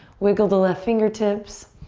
wiggle the left fingertips.